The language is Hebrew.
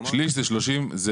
שליש זה 33.333